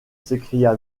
s’écria